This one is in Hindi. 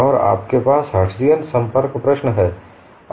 और आपके पास हर्ट्ज़ियन संपर्क प्रश्न है